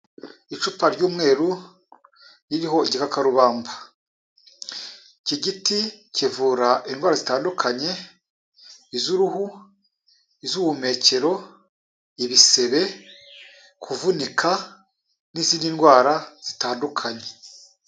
Icupa ry'umweru ririho igikakarubamba, iki giti kivura indwara zitandukanye, izo uruhu, izo ubuhumekero, ibisebe, kuvunika n'izindi ndwara zitandukanye.